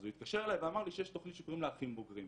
אז הוא התקשר אליי ואמר לי שיש תכנית שקוראים לה אחים בוגרים,